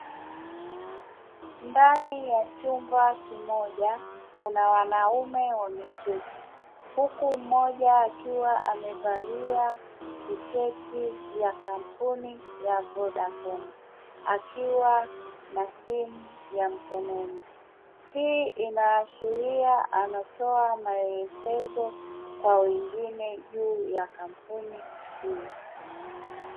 Ndani ya chumba kimoja kuna wanaume wameketi huku mmoja akiwa amevalia tisheti ya kampuni ya Vodacom, akiwa na simu ya mkononi. Hii inaashiria anatoa maelekezo kwa wengine juu ya kampuni hiyo.